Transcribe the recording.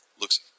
looks